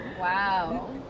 Wow